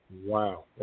Wow